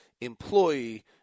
employee